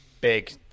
big